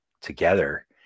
together